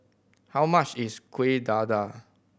how much is Kuih Dadar